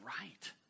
right